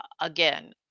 again